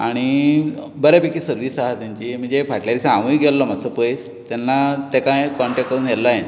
आनी बरे पैकी सर्वीस हा तेंची म्हणजे फाटल्या दिसा हांवूंय गेल्लो मातसो पयस तेन्ना तेका हांवे कोंटेक्ट करून व्हेल्लो हांवेन